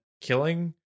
killing